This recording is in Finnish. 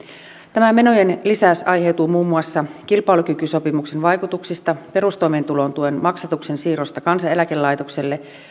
tämä menojen lisäys aiheutuu muun muassa kilpailukykysopimuksen vaikutuksista perustoimeentulotuen maksatuksen siirrosta kansaneläkelaitokselle